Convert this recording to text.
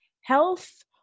health